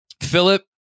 Philip